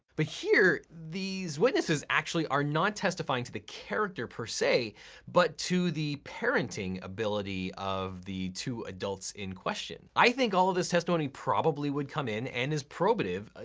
but here, these witnesses actually are not testifying to the character per se but to the parenting ability of the two adults in question. i think all this testimony probably would come in and is probative,